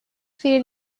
فری